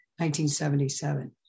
1977